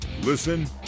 Listen